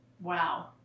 wow